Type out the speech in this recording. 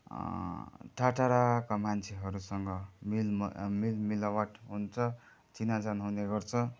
टाटाढाका मान्छेहरूसँग मेल मेल मिलावट हुन्छ चिनाजाना हुने गर्छ